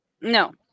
No